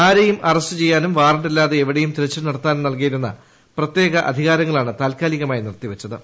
ആരെയും arrest ചെയ്യാനും വാറാണ്ടില്ലാതെ എവിടെയുള്ള തിരച്ചിൽ നടത്താനും നൽകിയിരുന്ന പ്രത്യേക അധികാരങ്ങളാണ് താല്ക്കാലികമായി നിർത്തിവച്ചത്